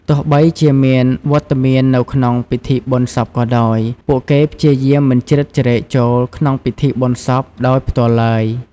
ទោះបីជាមានវត្តមាននៅក្នុងពិធីបុណ្យសពក៏ដោយ ពួកគេព្យាយាមមិនជ្រៀតជ្រែកចូលក្នុងពិធីបុណ្យសពដោយផ្ទាល់ឡើយ។